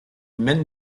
mène